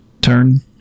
turn